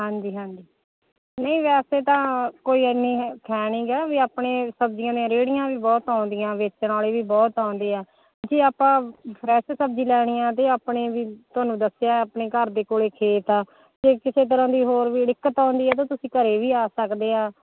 ਹਾਂਜੀ ਹਾਂਜੀ ਨਹੀਂ ਵੈਸੇ ਤਾਂ ਕੋਈ ਇੰਨੀ ਹੈ ਨਹੀਂ ਗਾ ਵੀ ਆਪਣੇ ਸਬਜ਼ੀਆਂ ਨੇ ਰੇਹੜੀਆਂ ਵੀ ਬਹੁਤ ਆਉਂਦੀਆਂ ਵੇਚਣ ਵਾਲੇ ਵੀ ਬਹੁਤ ਆਉਂਦੇ ਆ ਜੇ ਆਪਾਂ ਫਰੈਸ਼ ਸਬਜ਼ੀ ਲੈਣੀ ਆ ਤਾਂ ਆਪਣੇ ਵੀ ਤੁਹਾਨੂੰ ਦੱਸਿਆ ਆਪਣੇ ਘਰ ਦੇ ਕੋਲ ਖੇਤ ਆ ਅਤੇ ਕਿਸੇ ਤਰ੍ਹਾਂ ਦੀ ਹੋਰ ਵੀ ਦਿੱਕਤ ਆਉਂਦੀ ਹੈ ਤਾਂ ਤੁਸੀਂ ਘਰ ਵੀ ਆ ਸਕਦੇ ਆ